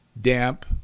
damp